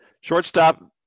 Shortstop